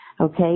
okay